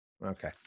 Okay